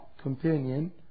companion